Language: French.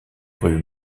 rues